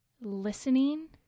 listening